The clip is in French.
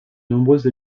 nombreuses